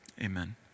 amen